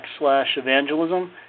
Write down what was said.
evangelism